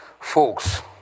folks